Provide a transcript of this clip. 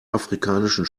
afrikanischen